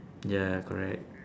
ya correct